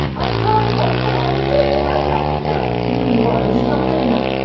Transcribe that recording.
i'm trying ok i'm doing the best i can do! i know you are, it's just not good enough!